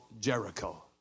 Jericho